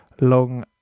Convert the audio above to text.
long